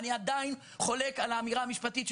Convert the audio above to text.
אני עדיין חולק על האמירה המשפטית,